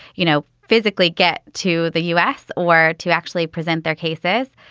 you know, physically get to the u s. or to actually present their cases.